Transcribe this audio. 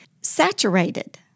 saturated